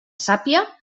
sàpia